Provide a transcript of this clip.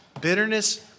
Bitterness